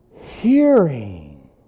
hearing